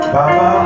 Baba